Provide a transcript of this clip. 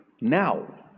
now